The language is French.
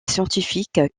scientifique